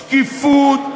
שקיפות,